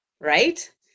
right